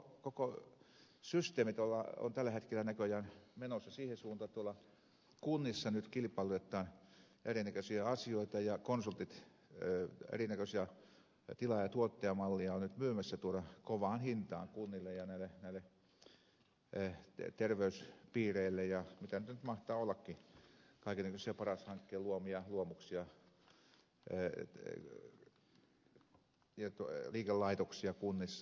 koko systeemi on tällä hetkellä näköjään menossa siihen suuntaan että tuolla kunnissa nyt kilpailutetaan erinäköisiä asioita ja konsultit erinäköisiä tilaajatuottaja malleja ovat nyt myymässä kovaan hintaan kunnille ja näille terveyspiireille ja mitä niitä nyt mahtaa ollakin kaikennäköisiä paras hankkeen luomia luomuksia ja liikelaitoksia kunnissa